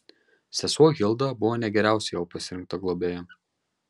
sesuo hilda buvo ne geriausia jo pasirinkta globėja